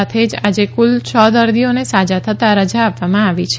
સાથે જ આજે કુલ છ દર્દીઓને સાજા થતાં રજા આપવામાં આવી છે